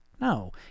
No